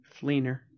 Fleener